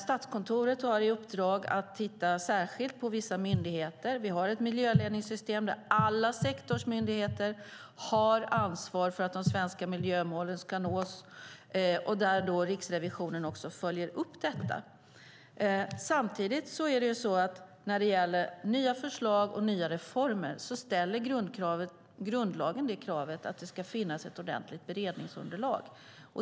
Statskontoret har i uppdrag att titta särskilt på vissa myndigheter. Vi har ett miljöledningssystem där alla sektorsmyndigheter har ansvar för att de svenska miljömålen ska nås. Och Riksrevisionen följer upp detta. Samtidigt är det så att när det gäller nya förslag och nya reformer ställer grundlagen det kravet att det ska finnas ett ordentligt beredningsunderlag.